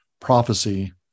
prophecy